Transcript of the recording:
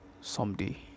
Someday